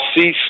cease